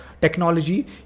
technology